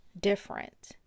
different